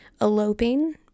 eloping